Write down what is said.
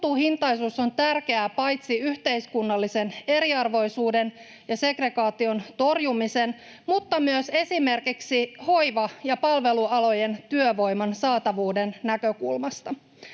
kohtuuhintaisuus on tärkeää paitsi yhteiskunnallisen eriarvoisuuden ja segregaation torjumisen, myös esimerkiksi hoiva- ja palvelualojen työvoiman saatavuuden näkökulmasta.